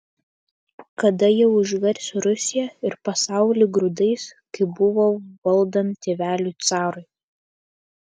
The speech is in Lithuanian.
kada jie užvers rusiją ir pasaulį grūdais kaip buvo valdant tėveliui carui